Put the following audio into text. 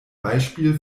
beispiel